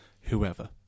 whoever